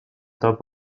top